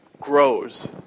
grows